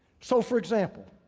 so for example,